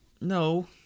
No